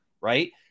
right